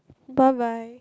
bye bye